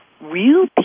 real